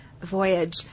voyage